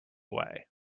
way